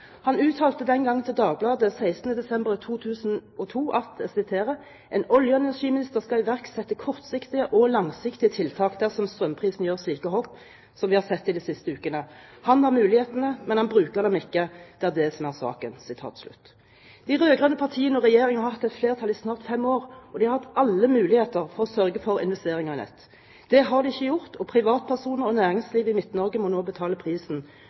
uttalte til Dagbladet 16. desember 2002: «En olje- og energiminister skal iverksette kortsiktige og langsiktige tiltak dersom strømprisene gjør slike hopp som vi har sett de siste ukene. Han har mulighetene, men han bruker dem ikke. Det er det som er saken.» De rød-grønne partiene har sittet i regjering og hatt flertall i snart fem år. De har hatt alle muligheter til å sørge for investeringer i nett. Det har de ikke gjort. Privatpersoner og næringsliv i Midt-Norge må nå betale prisen